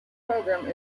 program